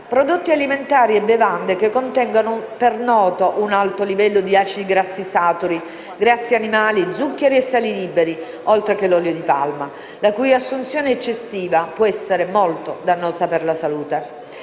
prodotti alimentari e bevande che contengono per noto un alto livello di acidi grassi saturi, grassi animali, zuccheri e sali liberi, oltre che olio di palma, la cui assunzione eccessiva può essere molto dannosa per la salute.